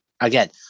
again